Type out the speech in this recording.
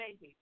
baby